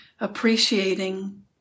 appreciating